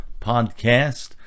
podcast